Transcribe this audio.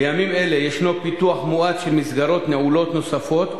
בימים אלה ישנו פיתוח מואץ של מסגרות נעולות נוספות,